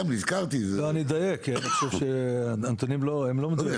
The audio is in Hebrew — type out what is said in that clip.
אני אדייק, כי אני חושב שהנתונים לא מדויקים.